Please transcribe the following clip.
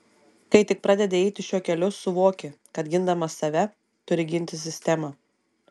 kai tik pradedi eiti šiuo keliu suvoki kad gindamas save turi ginti sistemą